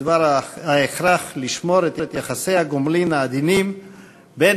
בדבר ההכרח לשמר את יחסי הגומלין העדינים בין